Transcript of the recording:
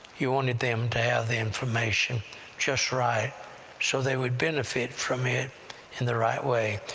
you wanted them to have the information just right so they would benefit from it in the right way.